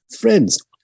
Friends